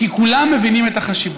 כי כולם מבינים את החשיבות.